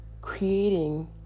creating